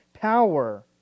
power